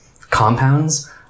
Compounds